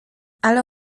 ale